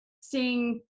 seeing